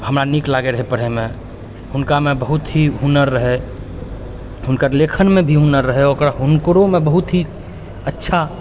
हमरा नीक लागै रहै पढैमे हुनकामे बहुत ही हुनर रहै हुनकर लेखनमे भी हुनर रहै ओकर हुनकरोमे बहुत ही अच्छा